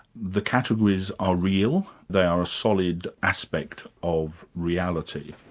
the categories are real they are a solid aspect of reality.